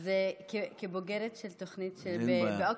אז כבוגרת של תוכנית באוקספורד,